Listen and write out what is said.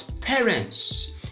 parents